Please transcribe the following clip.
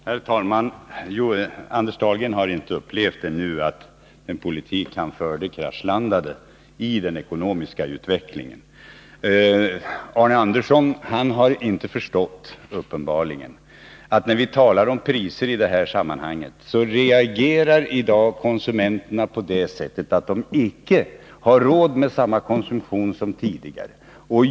Herr talman! Anders Dahlgren har ännu inte blivit medveten om att den politik han förde kraschlandade i den ekonomiska utvecklingen. Arne Andersson i Ljung har uppenbarligen inte förstått att konsumenterna, när vi talar om priser i detta sammanhang, i dag gör den reflexionen att de icke har råd med samma konsumtion som tidigare.